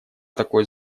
такой